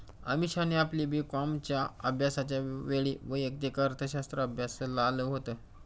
अमीषाने आपली बी कॉमच्या अभ्यासाच्या वेळी वैयक्तिक अर्थशास्त्र अभ्यासाल होत